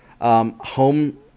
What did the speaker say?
home